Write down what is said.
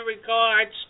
regards